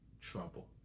trouble